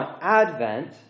Advent